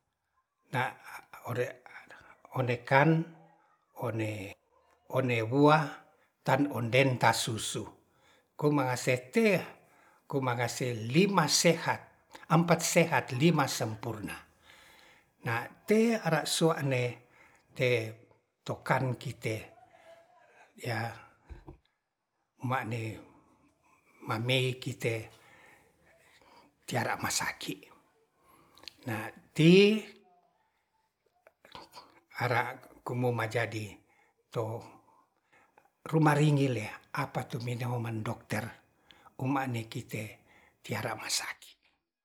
Na ore onde kan one bua tan onden tasusu kong mangase tea komangase lima sehan ampat sehat lima sempurna na te ara soa'ne te tokan kite ya ma'ne mamei kite tyiara masaki na tii ara kumoma jadi to ruma ringile apato mena oman dokter koma ni kite tiara masaki.